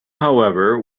however